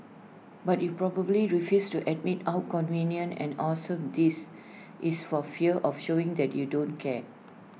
but you probably refuse to admit how convenient and awesome this is for fear of showing that you don't care